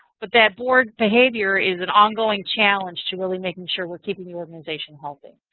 but that boar's behavior is an ongoing challenge to really making sure we're keeping the organization healthy.